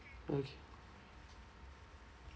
okay